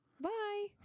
Bye